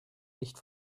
nicht